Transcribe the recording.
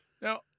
Now